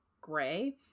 Gray